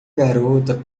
garota